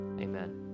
Amen